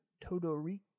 Todoriki